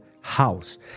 house